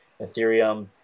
ethereum